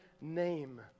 name